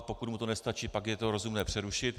Pokud mu to nestačí, pak je to rozumné přerušit.